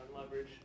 leverage